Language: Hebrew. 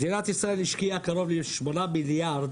מדינת ישראל השקיעה קרוב ל-8 מיליארד